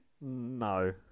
No